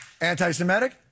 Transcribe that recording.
Anti-Semitic